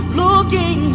looking